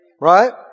Right